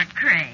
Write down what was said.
Craig